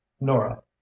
Nora